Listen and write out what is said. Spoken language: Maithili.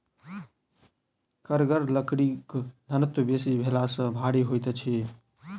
कड़गर लकड़ीक घनत्व बेसी भेला सॅ भारी होइत अछि